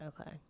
Okay